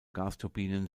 gasturbinen